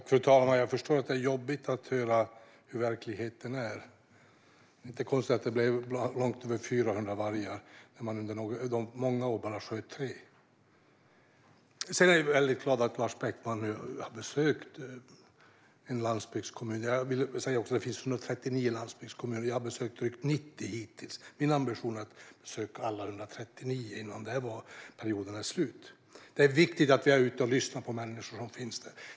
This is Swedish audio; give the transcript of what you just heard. Fru talman! Jag förstår att det är jobbigt att höra hur verkligheten ser ut. Det är inte konstigt att det blev långt över 400 vargar när man under många år bara sköt tre. Jag är glad att Lars Beckman har besökt en landsbygdskommun. Det finns 139 landsbygdskommuner, och jag har besökt drygt 90 hittills. Min ambition är att besöka alla 139 innan perioden är slut. Det är viktigt att vi är ute och lyssnar på de människor som finns där.